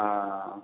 हँ